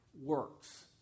works